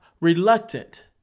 reluctant